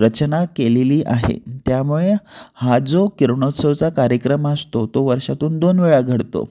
रचना केलेली आहे त्यामुळं हा जो किरणोत्सवचा कार्यक्रम असतो तो वर्षातून दोन वेळा घडतो